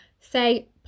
say